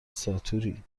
ساتوری